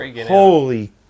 holy